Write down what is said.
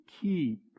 keep